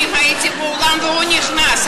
אני הייתי באולם והוא נכנס.